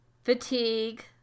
fatigue